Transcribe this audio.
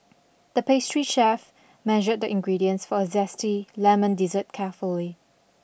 the pastry chef measured the ingredients for a zesty lemon dessert carefully